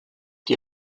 die